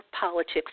politics